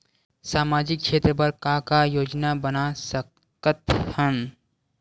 सामाजिक क्षेत्र बर का का योजना बना सकत हन?